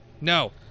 No